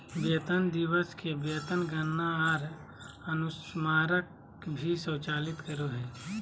वेतन दिवस ले वेतन गणना आर अनुस्मारक भी स्वचालित करो हइ